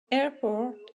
airport